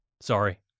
sorry